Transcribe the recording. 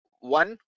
one